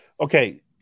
Okay